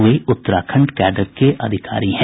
वे Uttarakhand cadre के अधिकारी हैं